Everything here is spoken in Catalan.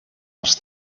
als